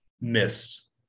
missed